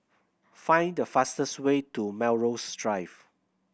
find the fastest way to Melrose Drive